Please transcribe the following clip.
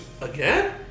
Again